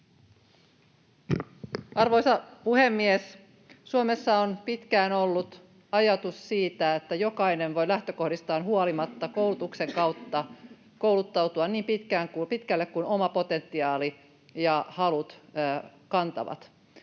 Arvoisa puhemies! Suomessa on pitkään ollut ajatus siitä, että jokainen voi lähtökohdistaan huolimatta koulutuksen kautta kouluttautua niin pitkälle kuin oma potentiaali ja halut kantavat.